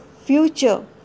future